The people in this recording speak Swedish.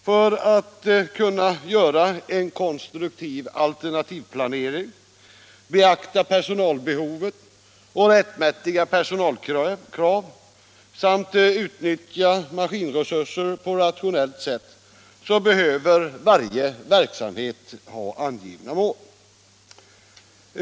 För att kunna göra en konstruktiv alternativplanering, beakta personalbehovet och rättmätiga personalkrav samt utnyttja maskinresurser på ett rationellt sätt behöver varje verksamhet ha angivna mål.